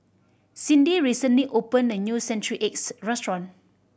Cindy recently opened a new century eggs restaurant